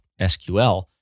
SQL